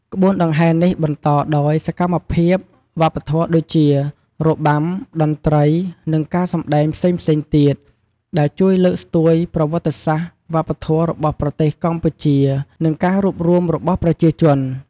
ក្បួនដង្ហែរនេះ បន្តដោយសកម្មភាពវប្បធម៌ដូចជា របាំ តន្ត្រី និងការសម្តែងផ្សេងៗទៀត ដែលជួយលើកស្ទួយប្រវត្តិសាស្រ្តវប្បធម៌របស់ប្រទេសកម្ពុជា និងការរួបរួមរបស់ប្រជាជន។